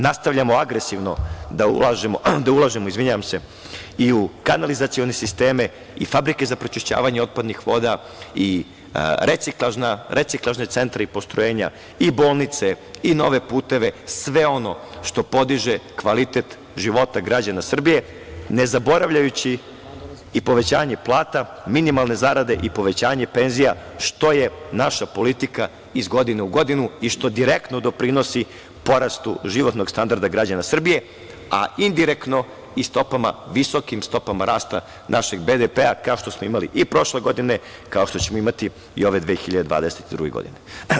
Nastavljamo agresivno da ulažemo i u kanalizacione sisteme i fabrike za pročišćavanje otpadnih voda, reciklažne centre i postrojenja, i bolnice, i nove puteve, sve ono što podiže kvalitet života građana Srbije, ne zaboravljajući i povećanje plata, minimalne zarade i povećanje penzija što je naša politika iz godine u godinu i što direktno doprinosi porastu životnog standarda građana Srbije, a indirektno i stopama, visokom stopama rasta našeg BDP, kao što smo imali i prošle godine, kao što ćemo imati i ove 2022. godine.